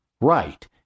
right